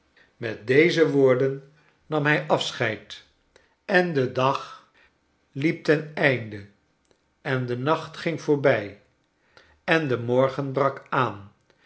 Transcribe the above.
met deze woorden nam hij afscheid en de dag liep ten einde en de nacht ging voorbij en de morgen brak aan